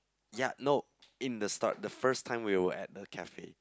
ya no in the start the first time we were at the cafe